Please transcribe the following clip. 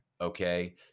Okay